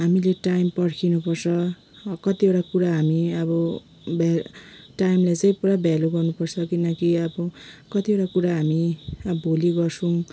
हामीले टाइम पर्खिनु पर्छ कतिवटा कुरा हामी अब भ्या टाइमलाई चाहिँ पुरा भ्यालू गर्नुपर्छ किनकि अब कतिवटा कुरा हामी अब भोलि गर्छौँ